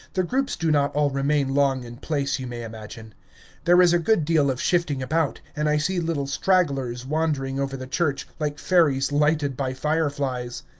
the groups do not all remain long in place, you may imagine there is a good deal of shifting about, and i see little stragglers wandering over the church, like fairies lighted by fireflies.